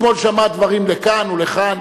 אתמול שמע דברים לכאן ולכאן,